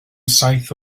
saith